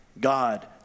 God